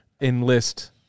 enlist